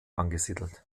angesiedelt